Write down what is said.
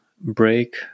break